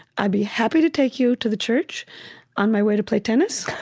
i'd be happy to take you to the church on my way to play tennis,